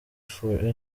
for